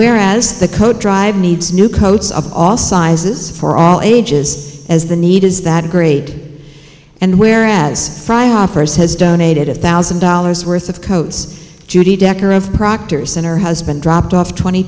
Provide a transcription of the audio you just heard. whereas the co drive needs new coats of all sizes for all ages as the need is that grade and where as fry hoppers has donated a thousand dollars worth of coats judy decker of proctor's and her husband dropped off twenty